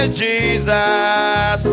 jesus